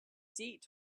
seat